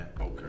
Okay